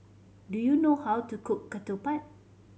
do you know how to cook ketupat